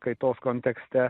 kaitos kontekste